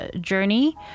journey